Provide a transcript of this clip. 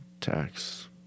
tax